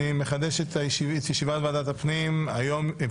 אני מחדש את ישיבת ועדת הכנסת.